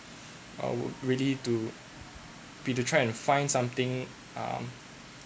I'd ready to be to try and find something um